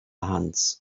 hands